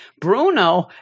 Bruno